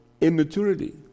immaturity